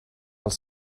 els